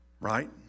right